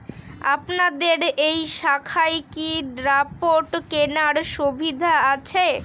আপনাদের এই শাখায় কি ড্রাফট কেনার সুবিধা আছে?